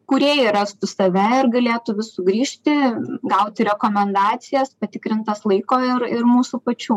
kūrėjai rastų save ir galėtų vis sugrįžti gauti rekomendacijas patikrintas laiko ir ir mūsų pačių